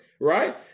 Right